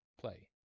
play